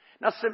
Now